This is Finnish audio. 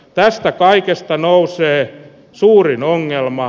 tästä kaikesta nousee suurin ongelma